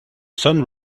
sun